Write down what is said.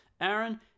Aaron